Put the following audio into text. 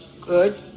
good